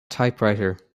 typewriter